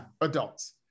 adults